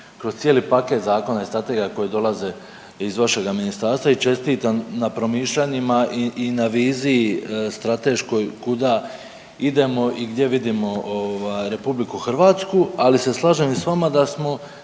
kroz cijeli paket zakona i strategija koji dolaze iz vašega Ministarstva i čestitam na promišljanjima i na viziji strateškoj kuda idemo i gdje vidimo Republiku Hrvatsku. Ali se slažem i s vama da smo